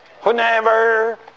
Whenever